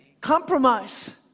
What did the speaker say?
compromise